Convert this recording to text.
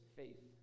faith